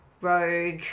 Rogue